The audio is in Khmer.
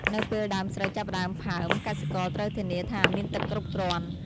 នៅពេលដើមស្រូវចាប់ផ្តើមផើម កសិករត្រូវធានាថាមានទឹកគ្រប់គ្រាន់។